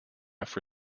for